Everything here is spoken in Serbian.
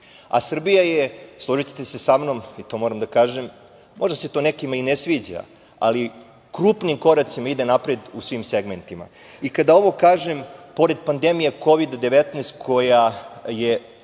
a Srbija, složićete se sa mnom, to moram da kažem, možda se nekima ne sviđa, ali krupnim koracima ide napred u svim segmentima. Kada ovo kažem, pored pandemije Kovid 19 koja je